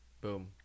Boom